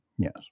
Yes